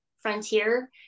frontier